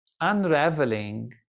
unraveling